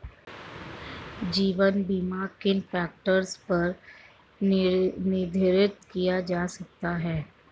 जीवन बीमा किन फ़ैक्टर्स पर निर्धारित किया जा सकता है?